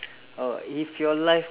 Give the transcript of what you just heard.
K and then and then